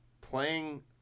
playing